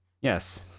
yes